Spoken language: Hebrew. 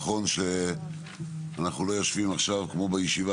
נכון שאנחנו לא יושבים עכשיו כמו בישיבה